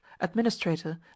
administrator